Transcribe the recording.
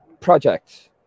project